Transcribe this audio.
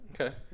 Okay